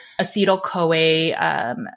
acetyl-CoA